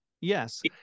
Yes